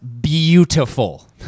beautiful